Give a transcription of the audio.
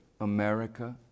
America